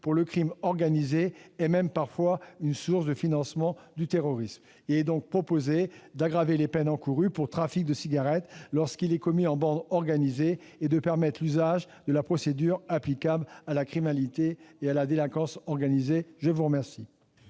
pour le crime organisé, et même parfois une source de financement du terrorisme ». Il est donc proposé d'aggraver les peines encourues pour trafic de cigarettes lorsqu'il est commis en bande organisée, et de permettre l'usage de la procédure applicable à la criminalité et à la délinquance organisée. L'amendement